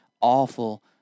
awful